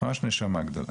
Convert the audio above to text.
ממש נשמה גדולה.